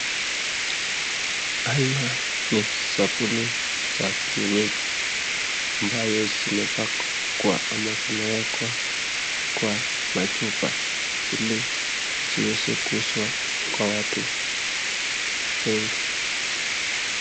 Haya ni sabuni za kienyeji, ambayo zimepakwa ama zimewekwa kwa machupa iliziweze kuuzwa kwa watu wengi.